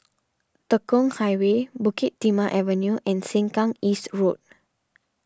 Tekong Highway Bukit Timah Avenue and Sengkang East Road